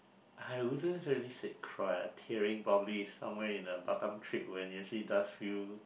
I wouldn't really say cry tearing probably somewhere in the Batam trip when it actually does feel